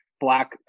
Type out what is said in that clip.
Black